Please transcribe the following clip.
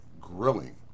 grilling